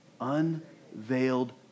Unveiled